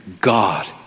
God